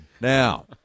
Now